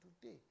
today